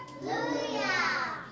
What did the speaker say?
Hallelujah